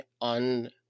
on